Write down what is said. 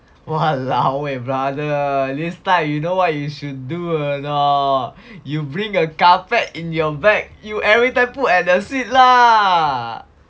!walao! eh brother this type you know what you should do or not you bring a carpet in your bag you everytime put at the seat lah